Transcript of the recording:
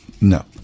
No